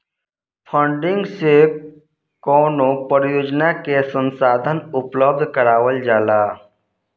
funding से कवनो परियोजना के संसाधन उपलब्ध करावल जाला